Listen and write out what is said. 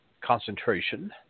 concentration